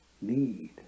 need